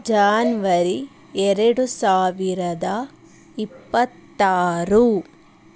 January ಎರಡು ಸಾವಿರದ ಇಪ್ಪತ್ತಾರು